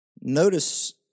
Notice